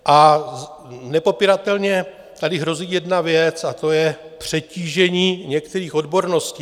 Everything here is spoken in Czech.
A nepopiratelně tady hrozí jedna věc a to je přetížení některých odborností.